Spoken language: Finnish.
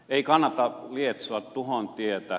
ei kannata lietsoa tuhon tietä